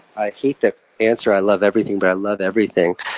i hate the answer i love everything, but i love everything.